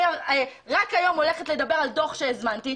אני רק היום הולכת לדבר על דו"ח שהזמנתי,